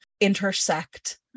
intersect